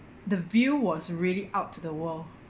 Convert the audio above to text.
the view was really out to the world